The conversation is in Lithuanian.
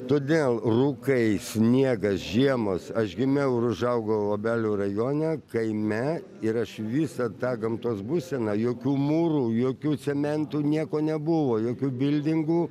todėl rūkai sniegas žiemos aš gimiau ir užaugo obelių rajone kaime ir aš visą tą gamtos būseną jokių mūrų jokių cementų nieko nebuvo jokių bildingų